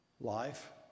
Life